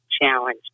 challenge